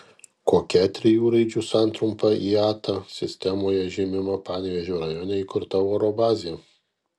kokia trijų raidžių santrumpa iata sistemoje žymima panevėžio rajone įkurta oro bazė